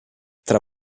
tra